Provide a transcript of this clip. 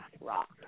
rock